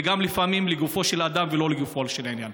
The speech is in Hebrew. וגם לפעמים לגופו של אדם ולא לגופו של עניין.